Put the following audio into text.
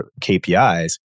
KPIs